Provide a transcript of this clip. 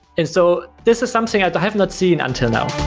and so this is something i have not seen until now